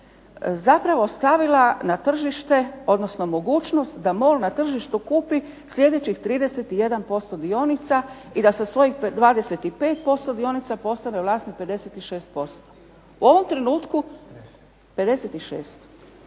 zapravo stavila mogućnost da MOL na tržištu kupi sljedećih 31% dionica i da sa svojih 25% dionica postane vlasnik 56%. U ovom trenutku, 56